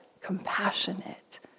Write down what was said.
compassionate